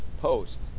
post